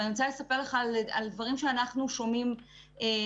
ואני רוצה לספר לך על דברים שאנחנו שומעים מהם.